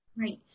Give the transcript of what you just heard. Right